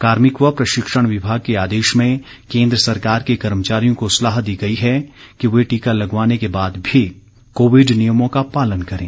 कार्मिक व प्रशिक्षण विभाग के आदेश में केन्द्र सरकार के कमर्चारियों को सलाह दी गई है कि ये टीका लगवाने के बाद भी कोविड नियमों का पालन करें